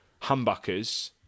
humbuckers